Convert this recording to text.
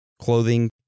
clothing